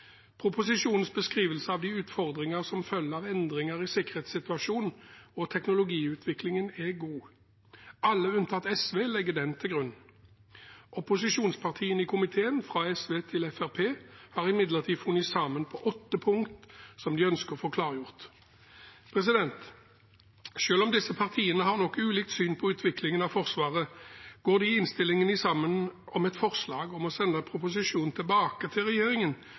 Proposisjonens beskrivelse av de utfordringer som følger av endringer i sikkerhetssituasjonen og teknologiutviklingen, er god. Alle unntatt SV legger den til grunn. Opposisjonspartiene i komiteen, fra SV til Fremskrittspartiet, har imidlertid funnet sammen på åtte punkter som de ønsker å få klargjort. Selv om disse partiene nok har et ulikt syn på utviklingen av Forsvaret, går de i innstillingen sammen om